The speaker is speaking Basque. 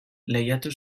lehiatu